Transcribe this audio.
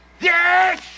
Yes